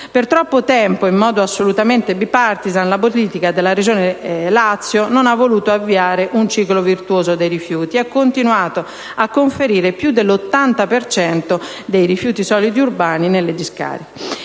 Per troppo tempo, in modo assolutamente *bipartisan*, la politica della Regione Lazio non ha voluto avviare un ciclo virtuoso dei rifiuti e ha continuato a conferire più dell'80 per cento dei rifiuti solidi urbani nelle discariche.